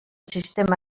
sistema